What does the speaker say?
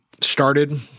started